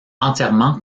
entièrement